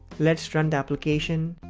let's run the application.